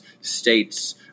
states